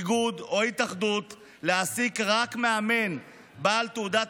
איגוד או התאחדות להעסיק רק מאמן בעל תעודת